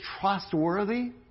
trustworthy